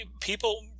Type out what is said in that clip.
people